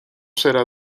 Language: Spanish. será